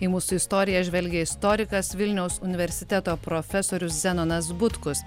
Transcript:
į mūsų istoriją žvelgia istorikas vilniaus universiteto profesorius zenonas butkus